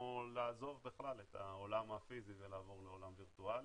או לעזוב בכלל את העולם הפיזי ולעבור לעולם וירטואלי.